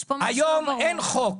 שהיום אין חוק.